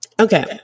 Okay